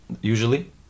usually